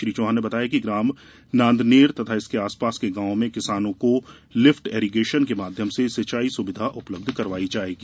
श्री चौहान ने बताया कि ग्राम नांदनेर तथा इसके आसपास के गाँवों में किसानों को लिफ्ट इरीगेशन के माध्यम से सिंचाई सुविधा उपलब्ध करवाई जायेगी